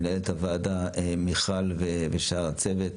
מנהלת הוועדה מיכל ושאר הצוות